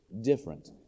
different